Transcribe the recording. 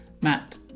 Matt